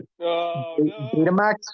Betamax